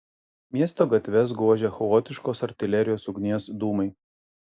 miesto gatves gožė chaotiškos artilerijos ugnies dūmai